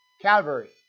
Calvary